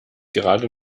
gerade